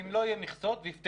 אם לא יהיו מכסות ויפתחו,